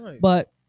But-